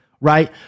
right